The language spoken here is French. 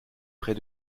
près